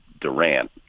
Durant